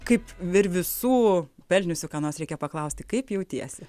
kaip ir visų pelniusių ką nors reikia paklausti kaip jautiesi